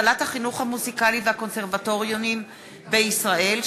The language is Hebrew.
הצלת החינוך המוזיקלי והקונסרבטוריונים בישראל.